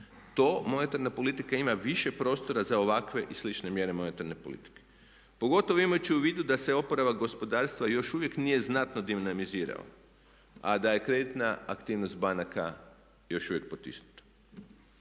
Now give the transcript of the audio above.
to monetarna politika ima više prostora za ovakve i slične mjere monetarne politike pogotovo imajući u vidu da se oporavak gospodarstva još uvijek nije znatno dinamizirao, a da je kreditna aktivnost banaka još uvijek potisnuta.